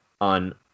on